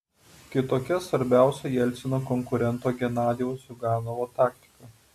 kitokia svarbiausio jelcino konkurento genadijaus ziuganovo taktika